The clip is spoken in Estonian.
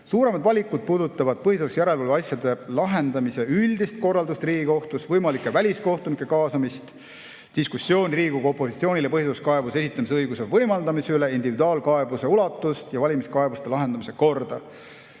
Suuremad valikud puudutavad põhiseaduslikkuse järelevalve asjade lahendamise üldist korraldust Riigikohtus, võimalike väliskohtunike kaasamist, diskussiooni Riigikogu opositsioonile põhiseaduskaebuse esitamise õiguse võimaldamise üle, individuaalkaebuse ulatust ja valimiskaebuste lahendamise korda.